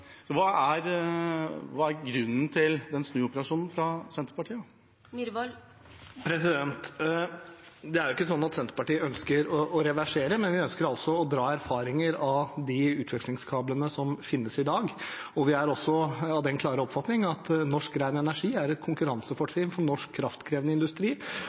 Hva er grunnen til den snuoperasjonen fra Senterpartiet? Det er ikke sånn at Senterpartiet ønsker å reversere, men vi ønsker å dra erfaringer av de utvekslingskablene som finnes i dag. Vi er også av den klare oppfatning at norsk ren energi er et konkurransefortrinn for norsk kraftkrevende industri